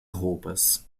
roupas